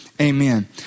Amen